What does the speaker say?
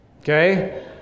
Okay